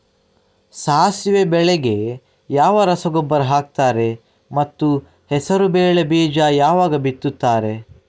ಸಾಸಿವೆ ಬೆಳೆಗೆ ಯಾವ ರಸಗೊಬ್ಬರ ಹಾಕ್ತಾರೆ ಮತ್ತು ಹೆಸರುಬೇಳೆ ಬೀಜ ಯಾವಾಗ ಬಿತ್ತುತ್ತಾರೆ?